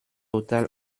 total